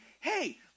hey